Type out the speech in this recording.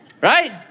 right